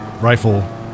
rifle